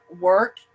work